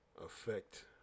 affect